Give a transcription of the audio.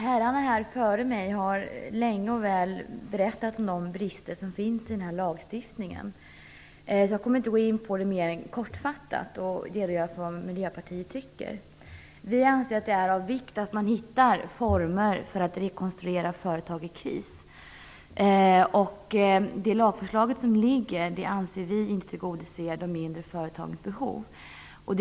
Herr talman! Herrarna före mig har länge och väl talat om de brister som finns i lagstiftningen, så jag kommer inte att gå in på dem mer än kortfattat och redogöra för vad Miljöpartiet tycker. Vi anser att det är av vikt att man hittar former för att rekonstruera företag i kris. Det lagförslag som ligger tillgodoser inte de mindre företagens behov, anser vi.